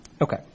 Okay